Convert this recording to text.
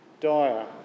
dire